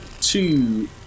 two